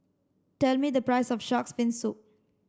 tell me the price of shark's fin soup